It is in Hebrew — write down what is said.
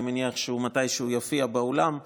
אני מניח שהוא יופיע באולם מתישהו,